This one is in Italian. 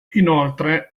inoltre